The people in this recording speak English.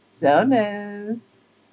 Jonas